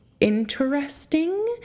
interesting